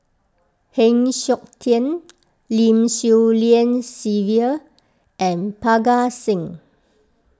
Heng Siok Tian Lim Swee Lian Sylvia and Parga Singh